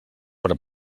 per